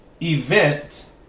Event